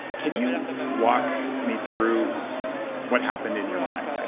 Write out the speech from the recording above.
can you walk me through what happened in your mind. like